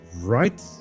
right